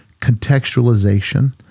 contextualization